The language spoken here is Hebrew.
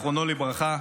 זיכרונו לברכה,